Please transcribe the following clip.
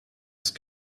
ist